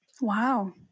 Wow